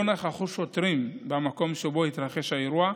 לא נכחו שוטרים במקום שבו התרחש האירוע.